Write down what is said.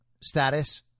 status